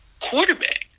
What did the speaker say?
quarterback